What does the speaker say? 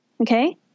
Okay